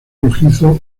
rojizo